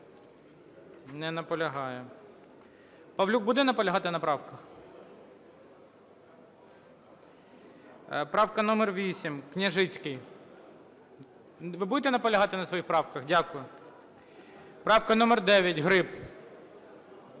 Не наполягає. Павлюк буде наполягати на правках? Правка номер 8, Княжицький. Ви будете наполягати на своїх правках? Дякую. Правка номер 9, Гриб.